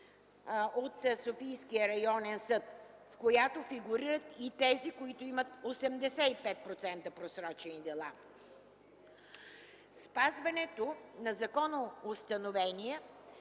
от Софийския районен съд, в която фигурират и тези, които имат 85% просрочени дела. Спазването на законоустановения,